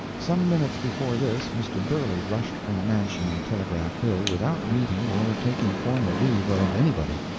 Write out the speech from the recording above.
some minutes before this mr. burley rushed from the mansion on telegraph hill without meeting or taking formal leave of anybody.